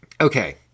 okay